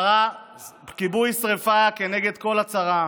כיבוי שרפה כנגד כל הצהרה,